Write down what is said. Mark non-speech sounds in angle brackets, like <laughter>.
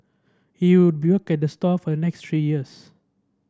he would <unintelligible> at the store for a next three years